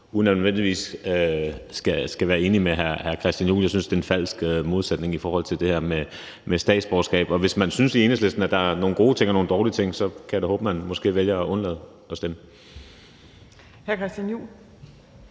uden at man nødvendigvis skal være enig med hr. Christian Juhl. Jeg synes, det er en falsk modsætning, der stilles op i forhold til det her med statsborgerskab. Og hvis man i Enhedslisten synes, at der er nogle gode ting og nogle dårlige ting, så kan jeg da håbe på, at man måske vælger at undlade at stemme.